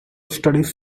studies